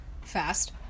fast